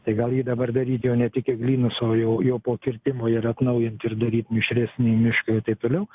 tai gal jį dabar daryt jau ne tik eglynus o jau jau po kirtimo ir atnaujint ir daryt mišresnį mišką ir taip toliau